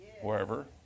wherever